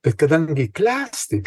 tai kadangi klesti